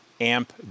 Amp